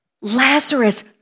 Lazarus